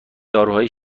داروهای